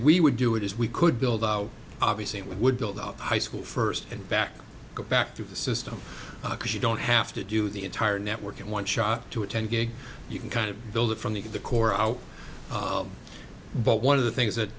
we would do it is we could build out obviously it would build up high school first and back go back to the system because you don't have to do the entire network in one shot to attend gig you can kind of build it from the get the core out but one of the things that